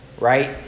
right